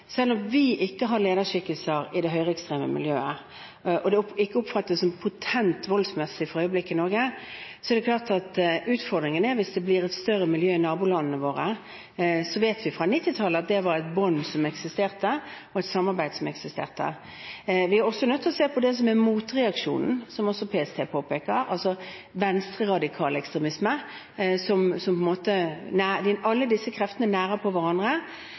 selv om vi ikke har noen lederskikkelser i det høyreekstreme miljøet, og det ikke oppfattes som potent voldsmessig for øyeblikket i Norge, er det klart at det blir en utfordring hvis det blir et større miljø i nabolandene våre. Vi vet fra 1990-tallet at det var et bånd som eksisterte, og et samarbeid som eksisterte. Vi er også nødt til å se på det som er motreaksjonen, som også PST påpeker, altså venstreradikal ekstremisme,